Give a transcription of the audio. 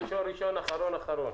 ראשון ראשון, אחרון אחרון.